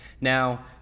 Now